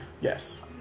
Yes